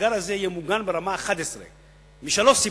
המאגר הזה יהיה מוגן ברמה 11, משלוש סיבות,